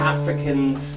Africans